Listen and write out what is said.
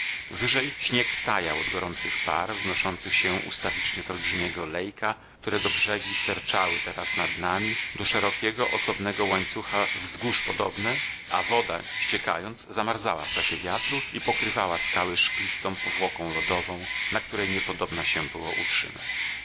wyżej śnieg tajał od gorących par wznoszących się ustawicznie z olbrzymiego lejka którego brzegi sterczały teraz nad nami do szerokiego osobnego łańcucha wzgórz podobne a woda ściekając zamarzała w czasie wiatru i pokrywała skały szklistą powłoką lodową na której niepodobna się było utrzymać